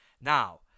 now